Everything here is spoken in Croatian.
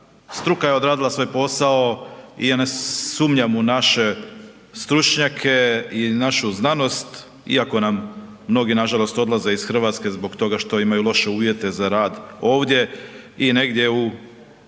struka je odradila svoj posao i ja ne sumnjam u naše stručnjake, i u našu znanost, iako nam mnogi nažalost odlaze iz Hrvatske zbog toga što imaju loše uvjete za rad ovdje i negdje u Europi